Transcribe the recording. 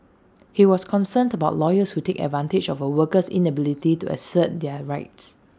he was concerned about lawyers who take advantage of A worker's inability to assert their rights